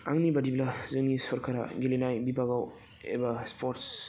आं बादिब्ला जोंनि सरकारा गेलेनाय बिभागाव एबा स्पर्ट्स